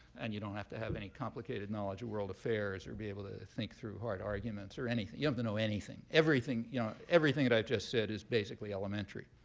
and you don't have to have any complicated knowledge of world affairs or be able to think through hard arguments or anything. you don't have to know anything. everything yeah everything that i've just said is basically elementary.